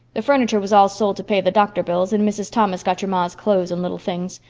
the furniture was all sold to pay the doctor bills, and mrs. thomas got your ma's clothes and little things.